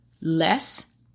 less